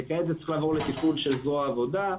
וכעת זה צריך לעבור לטפול של זרוע העבודה,